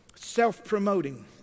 self-promoting